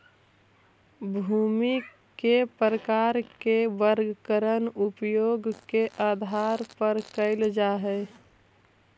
भूमि के प्रकार के वर्गीकरण उपयोग के आधार पर कैल जा हइ